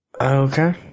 Okay